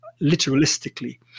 literalistically